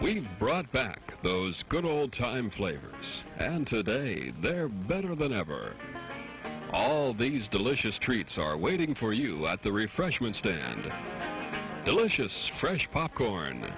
we've brought back those good old time flavor and today they're better than ever all these delicious treats are waiting for you let the refreshment stand delicious fresh popcorn